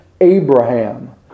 Abraham